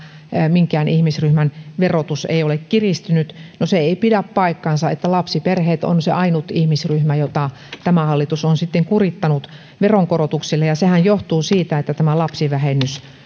minkään ihmisryhmän verotus ei ole kiristynyt no se ei pidä paikkaansa lapsiperheet on se ainut ihmisryhmä jota tämä hallitus on sitten kurittanut veronkorotuksilla ja ja sehän johtuu siitä että lapsivähennys